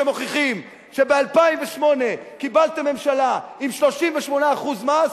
שמוכיחים שב-2008 קיבלתם ממשלה עם 38% מס,